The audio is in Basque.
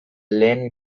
lehen